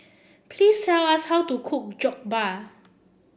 please tell us how to cook Jokbal